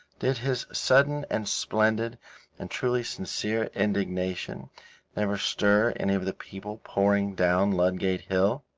did his sudden and splendid and truly sincere indignation never stir any of the people pouring down ludgate hill?